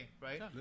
right